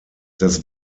das